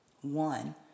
One